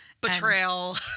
betrayal